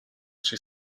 she